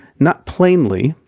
not plainly,